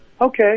okay